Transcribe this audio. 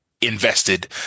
invested